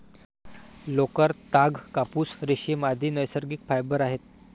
लोकर, ताग, कापूस, रेशीम, आदि नैसर्गिक फायबर आहेत